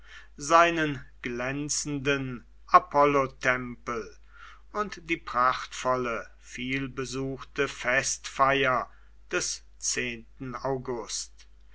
seinen glänzenden apollotempel und die prachtvolle vielbesuchte festfeier des august